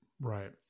Right